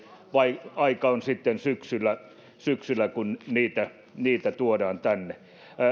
toimien aika on sitten syksyllä syksyllä kun niitä niitä tuodaan tänne